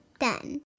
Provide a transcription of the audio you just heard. done